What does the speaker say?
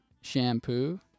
shampoo